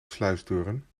sluisdeuren